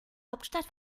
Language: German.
hauptstadt